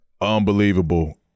unbelievable